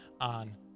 on